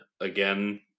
Again